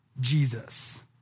Jesus